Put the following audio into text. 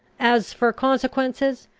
as for consequences,